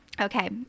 okay